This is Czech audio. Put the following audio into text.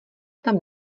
tam